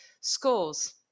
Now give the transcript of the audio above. scores